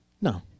No